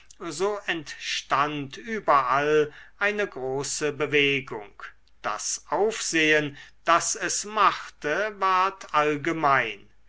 so entstand überall eine große bewegung das aufsehen das es machte ward allgemein